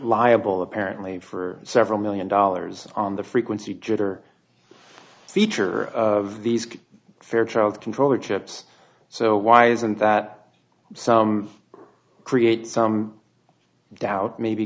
liable apparently for several million dollars on the frequency jitter feature of these could fairchild controller chips so why isn't that create some doubt maybe